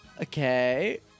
Okay